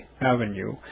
Avenue